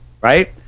Right